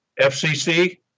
FCC